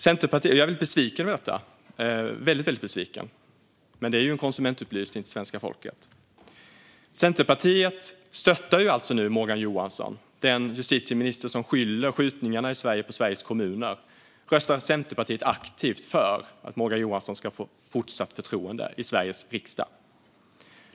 Jag är väldigt besviken över detta, men det är en konsumentupplysning till svenska folket. Centerpartiet stöttar nu alltså Morgan Johansson, den justitieminister som skyller skjutningarna i Sverige på Sveriges kommuner. Centerpartiet röstar aktivt för att Morgan Johansson ska få fortsatt förtroende i Sveriges riksdag.